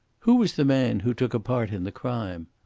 who was the man who took a part in the crime?